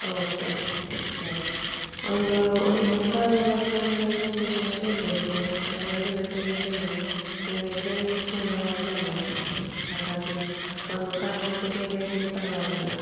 okay ಸರಿ ಒಂದು ಒಂದು ಮುಕ್ಕಾಲು ಒಳಗೆ ನಾನು ರೈಲ್ವೆ ಸ್ಟೇಷನಲ್ಲಿರಬೇಕು ಯಾಕಂದರೆ ಎರಡು ಗಂಟೆಗೆ ಟ್ರೈನ ನನಗೆ ಟ್ರೈನ್ ಮಿಸ್ ಮಾಡುವ ಹಾಗೆ ಇಲ್ಲ ಹಾಗಾಗಿ ಒಂದು ಕಾಲು ಗಂಟೆ ಬೇಗ ಇದ್ದರೆ ಪರವಾಗಿಲ್ಲ